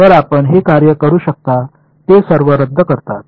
तर आपण हे कार्य करू शकता ते सर्व रद्द करतात